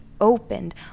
opened